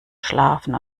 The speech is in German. schlafen